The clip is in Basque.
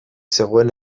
zegoen